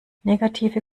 negative